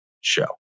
show